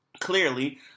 clearly